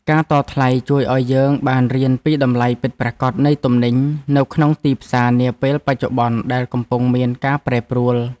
ការតថ្លៃជួយឱ្យយើងបានរៀនពីតម្លៃពិតប្រាកដនៃទំនិញនៅក្នុងទីផ្សារនាពេលបច្ចុប្បន្នដែលកំពុងមានការប្រែប្រួល។